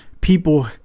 people